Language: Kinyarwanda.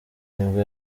nibwo